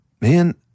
man